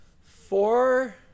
four